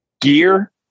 gear